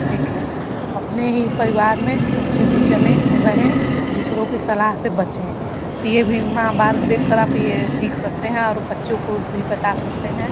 देखें अपने ही परिवार में अच्छे से चलें और रहें दूसरों की सलाह से बचें यह भी महाभारत देखकर आप यह सीख सकते हैं और बच्चों को भी बता सकते हैं